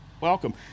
welcome